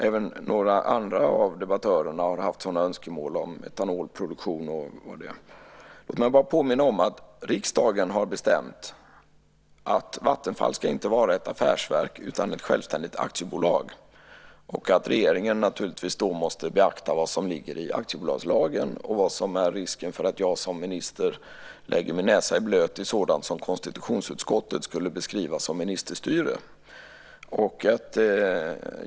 Även några andra av debattörerna har haft sådana önskemål om etanolproduktion och sådant. Låt mig bara påminna om att riksdagen har bestämt att Vattenfall inte ska vara ett affärsverk utan ett självständigt aktiebolag. Regeringen måste då naturligtvis beakta vad som ligger i aktiebolagslagen och vad som är risken för att jag som minister lägger min näsa i blöt i sådant som konstitutionsutskottet skulle beskriva som ministerstyre.